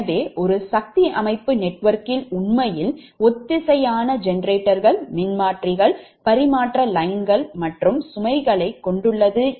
எனவே ஒரு சக்தி அமைப்பு நெட்வொர்க்கில் உண்மையில் ஒத்திசையான ஜெனரேட்டர்கள் மின்மாற்றிகள் பரிமாற்ற lineகள் மற்றும் சுமைகளைக் கொண்டுள்ளது